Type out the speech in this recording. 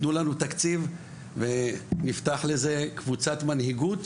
תנו לנו תקציב ונפתח לזה קבוצת מנהיגות.